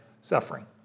suffering